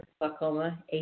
glaucoma